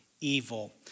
evil